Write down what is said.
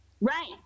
Right